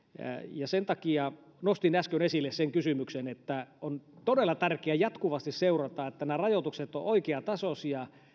ja sen takia nostin äsken esille sen kysymyksen että on todella tärkeää jatkuvasti seurata että nämä rajoitukset ovat oikean tasoisia